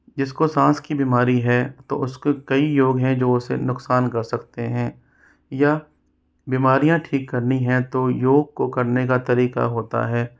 जिस को सांस की बिमारी है तो उस के कई योग हैं जो उसे नुकसान कर सकते हैं या बीमारियाँ ठीक करनी हैं तो योग को करने का तरीका होता है